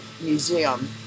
museum